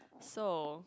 so